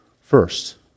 First